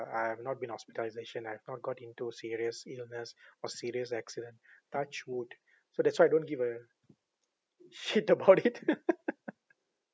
I've not been hospitalisation I've not got into serious illness or serious accident touch wood so that's why I don't give a shit about it